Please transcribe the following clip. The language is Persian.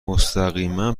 مستقیما